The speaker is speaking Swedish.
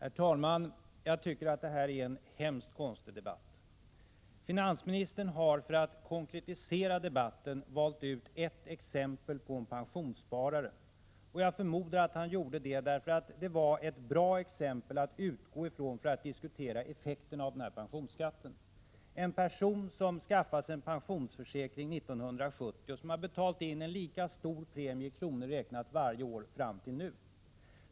Herr talman! Jag tycker att det här är en hemskt konstig debatt. Finansministern har, för att konkretisera debatten, valt ut ett exempel på en pensionssparare. Jag förmodar att han gjort det därför att det var ett bra exempel att utgå från för att diskutera effekterna av den här pensionsskatten. Han har valt ut en person som skaffat sig en pensionsförsäkring 1970 och som har betalat in en lika stor premie i kronor räknat varje år fram till nu.